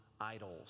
idols